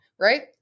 right